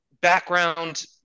background